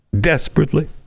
desperately